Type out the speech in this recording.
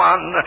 One